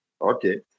Okay